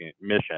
mission